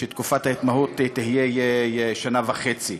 שתקופת ההתמחות תהיה שנה וחצי.